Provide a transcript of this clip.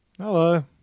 Hello